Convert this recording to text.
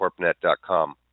CorpNet.com